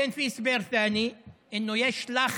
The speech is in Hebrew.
(אומר בערבית: לאחר מכן יש הסבר אחר:) יש לחץ